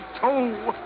toe